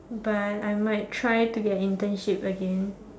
but I might try to get internship again